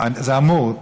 זה אמור.